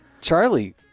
Charlie